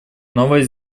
новая